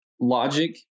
logic